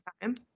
time